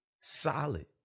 solid